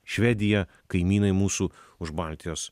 švedija kaimynai mūsų už baltijos